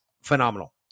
phenomenal